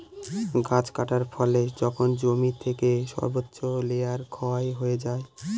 গাছ কাটার ফলে যখন জমি থেকে সর্বোচ্চ লেয়ার ক্ষয় হয়ে যায়